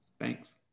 thanks